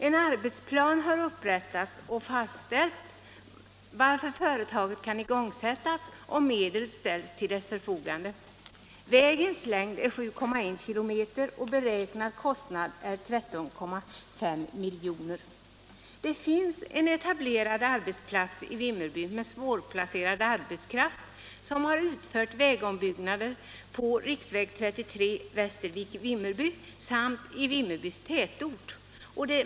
En arbetsplan har upprättats och fastställts, varför företaget kan igångsättas om medel ställs till förfogande. Vägens längd är 7,1 kilometer och den beräknade kostnaden är 13,5 milj.kr. Det finns en etablerad arbetsplats i Vimmerby med svårplacerad arbetskraft som har utfört vägombyggnader på riksväg 33 sträckan Västervik-Vimmerby samt i Vimmerbys tätort.